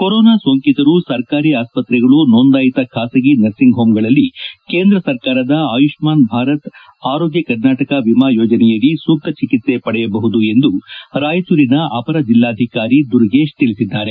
corona ಸೋಂಕಿತರು ಸರ್ಕಾರಿ ಆಸ್ಪತ್ರೆಗಳು ನೊಂದಾಯಿತ ಖಾಸಗಿ ನರ್ಸಿಂಗ್ ಹೋಮ್ಗಳಲ್ಲಿ ಕೇಂದ್ರ ಸರ್ಕಾರದ ಆಯುಷ್ನಾನ್ ಭಾರತ್ ಆರೋಗ್ನ ಕರ್ನಾಟಕ ವಿಮಾ ಯೋಜನೆಯಡಿ ಸೂಕ್ತ ಚಿಕಿತ್ಸೆ ಪಡೆಯಬಹುದು ಎಂದು ರಾಯಚೂರಿನ ಅಪರ ಜಿಲ್ಲಾಧಿಕಾರಿ ದುರುಗೇಶ್ ತಿಳಿಸಿದ್ದಾರೆ